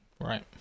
Right